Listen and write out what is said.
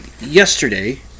yesterday